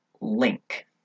link